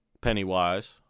Pennywise